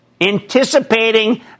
anticipating